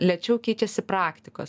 lėčiau keičiasi praktikos